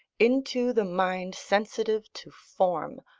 into the mind sensitive to form,